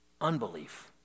unbelief